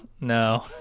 no